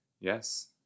Yes